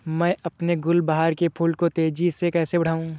मैं अपने गुलवहार के फूल को तेजी से कैसे बढाऊं?